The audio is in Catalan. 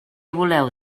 voleu